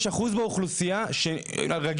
יש אחוז באוכלוסייה שהוא רגיש,